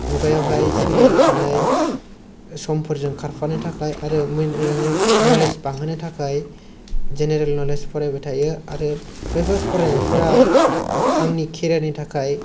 मुगायावहाय सोलिबाय थानाय समफोरजों खारफानो थाखाय आरो मेइनलि नलेस बांहोनो थाखाय जेनेरेल नलेस फरायबाय थायो आरो बेफोर फरायनायफोरा आंनि केरियारनि थाखाय